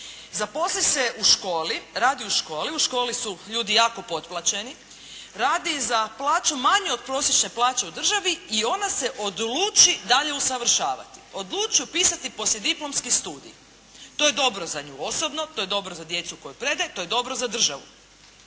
zaposli se u školi, radi u školi, u školi su ljudi jako potplaćeni, radi za plaću manju od prosječne plaće u državni i ona se odluči dalje usavršavati. Odluči upisati poslijediplomski studij. To je dobro za nju osobno, to je dobro za djecu kojoj predaje, to je dobro za državu.